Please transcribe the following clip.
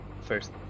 first